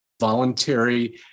voluntary